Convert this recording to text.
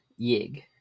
Yig